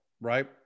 right